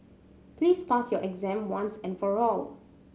please pass your exam once and for all